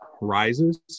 rises